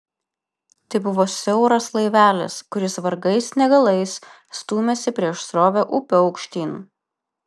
tai buvo siauras laivelis kuris vargais negalais stūmėsi prieš srovę upe aukštyn